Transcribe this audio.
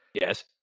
Yes